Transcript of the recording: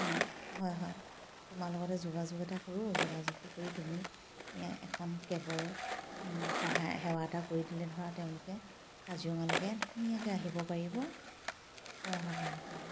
অঁ হয় হয় তোমাৰ লগতে যোগাযোগ এটা কৰোঁ যোগাযোগটো কৰি তুমি এখন কেবৰ সহায় সেৱা এটা কৰি দিলে ধৰা তেওঁলোকে কাজিৰঙালৈকে ধুনীয়াকৈ আহিব পাৰিব হয় হয় হয় হয় হয়